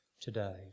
today